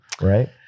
right